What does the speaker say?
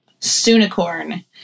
sunicorn